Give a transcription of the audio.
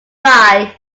fly